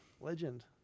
Legend